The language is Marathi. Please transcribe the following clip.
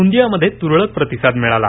गोंदियामध्ये तुरळक प्रतिसाद मिळाला